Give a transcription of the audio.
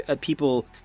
people